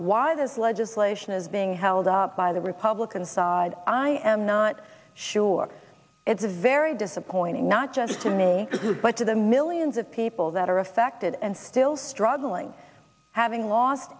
why this legislation is being held up by the republican side i am not sure it's a very disappointing not just to me but to the millions of people that are affected and still struggling having lost